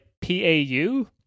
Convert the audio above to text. P-A-U